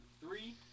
Three